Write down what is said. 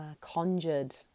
conjured